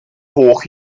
hoch